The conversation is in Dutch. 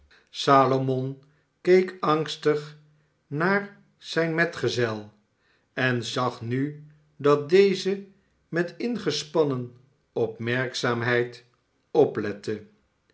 salomon keek angstig naar zijn metgezel en zag hu dat deze met ingespannen opmerkzaamheid oplette